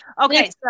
Okay